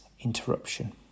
interruption